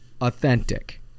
authentic